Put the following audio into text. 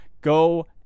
Go